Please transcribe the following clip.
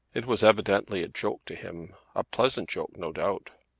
it was evidently a joke to him a pleasant joke no doubt.